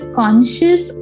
conscious